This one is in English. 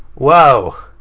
wow.